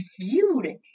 viewed